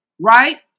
right